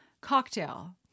cocktail